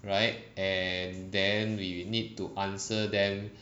right and then we need to answer them